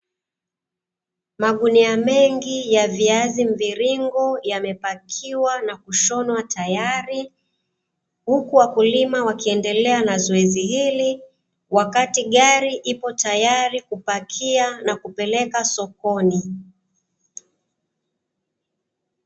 Magunia mengi ya viazi mviringo yamepakiwa na kushonwa tayari, huku wakulima wakiendelea na zoezi hili, wakati gari ipo tayari kupakia na kupeleka sokoni.